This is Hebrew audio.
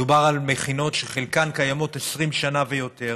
מדובר על מכינות שחלקן קיימות 20 שנה ויותר,